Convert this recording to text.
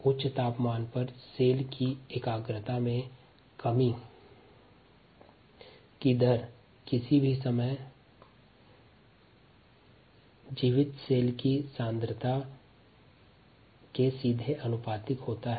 उच्च तापमान पर कोशिका सांद्रता में कमी की दर किसी भी समय जीवित कोशिका की सांद्रता के सीधे समानुपातिक है